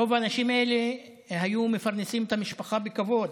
רוב האנשים האלה פרנסו את המשפחה בכבוד,